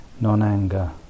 non-anger